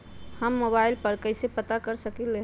हम मोबाइल पर कईसे पता कर सकींले?